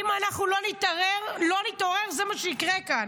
אם אנחנו לא נתעורר זה מה שיקרה כאן.